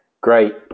Great